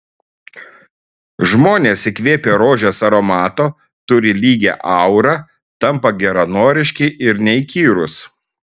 žmonės įkvėpę rožės aromato turi lygią aurą tampa geranoriški ir neįkyrūs